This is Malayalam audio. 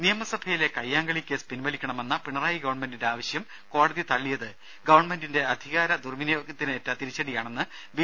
രുമ നിയമസഭയിലെ കയ്യാങ്കളി കേസ് പിൻവലിക്കണമെന്ന പിണറായി ഗവൺമെന്റിന്റെ ആവശ്യം കോടതി തള്ളിയത് ഗവൺമെന്റിന്റെ ദുർവിനിയോഗത്തിനേറ്റ അധികാര തിരിച്ചടിയാണെന്ന് ബി